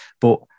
But-